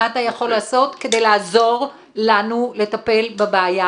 מה אתה יכול לעשות כדי לעזור לנו לטפל בבעיה